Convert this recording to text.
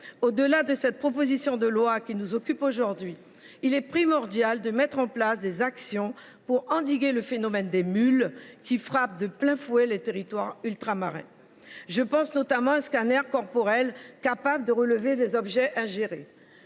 Au delà de cette proposition de loi, il est primordial de mettre en place des actions pour endiguer le phénomène des mules, qui frappe de plein fouet les territoires ultramarins. Je pense notamment à un scanner corporel capable de détecter les objets ingérés.